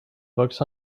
books